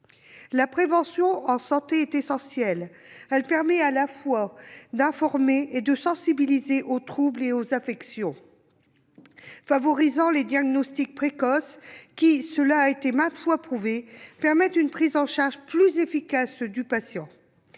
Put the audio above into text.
La prévention en santé est essentielle. Elle permet à la fois d'informer et de sensibiliser aux troubles et aux affections, en favorisant les diagnostics précoces, qui, cela a été maintes fois prouvé, permettent une prise en charge plus efficace du patient.